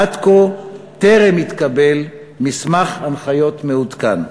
עד כה טרם התקבל מסמך הנחיות מעודכן.